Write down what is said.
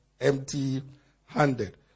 empty-handed